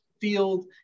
field